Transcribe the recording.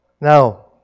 Now